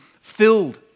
filled